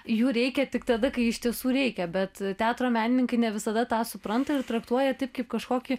jų reikia tik tada kai iš tiesų reikia bet teatro menininkai ne visada tą supranta ir traktuoja tik kaip kažkokį